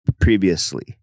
previously